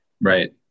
right